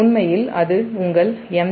உண்மையில் அது உங்கள் MJMVA